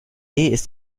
ist